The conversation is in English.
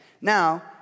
Now